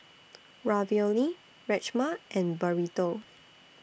Ravioli Rajma and Burrito